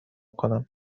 کنم